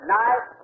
night